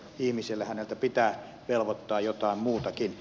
häneltä pitää velvoittaa jotain muutakin